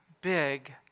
big